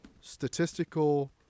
statistical